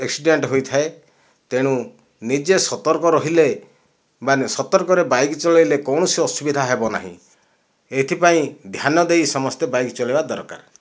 accident ହୋଇଥାଏ ତେଣୁ ନିଜେ ସତର୍କ ରହିଲେ ମାନେ ସତର୍କରେ ବାଇକ ଚଳେଇଲେ କୌଣସି ଅସୁବିଧା ହେବ ନାହିଁ ଏଥିପାଇଁ ଧ୍ୟାନ ଦେଇ ସମସ୍ତେ ବାଇକ ଚଲେଇବା ଦରକାର